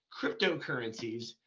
cryptocurrencies